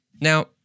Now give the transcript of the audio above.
Now